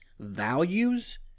Values